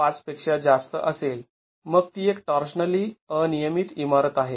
५ पेक्षा जास्त असेल मग ती एक टॉर्शनली अनियमित इमारत आहे